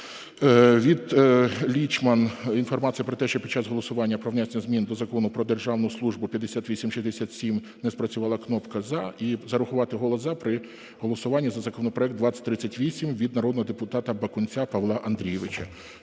Від Лічман – інформація про те, що під час голосування про внесення змін до Закону "Про державну службу" (5867) не спрацювала кнопка "за". І зарахувати голос "за" при голосуванні за законопроект 2038 – від народного депутата Бакунця Павла Андрійовича.